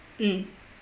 mm